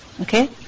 Okay